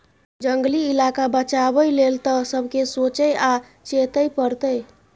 जंगली इलाका बचाबै लेल तए सबके सोचइ आ चेतै परतै